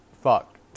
Fuck